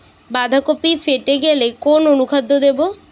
বাঁধাকপি ফেটে গেলে কোন অনুখাদ্য দেবো?